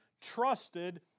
trusted